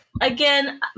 again